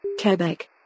Quebec